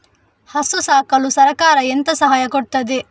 ಹಸು ಸಾಕಲು ಸರಕಾರ ಎಂತ ಸಹಾಯ ಕೊಡುತ್ತದೆ?